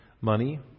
Money